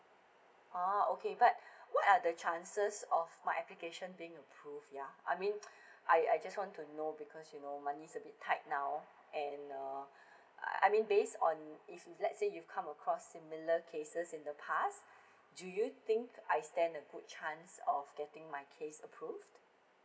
ah okay but what are the chances of my application being approve yeah I mean I I just want to know because you know money's a bit tight now and uh I mean based on if let's say you come across similar cases in the past do you think I stand a good chance of getting my case approved